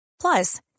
Plus